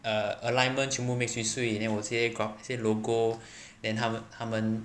err alignment 全部 make swee swee then 我这些 gra~ 这些 logo then 他他们